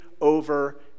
over